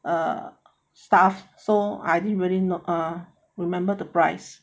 err stuff so I didn't really know err remember the price